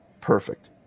perfect